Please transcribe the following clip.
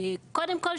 קודם כל,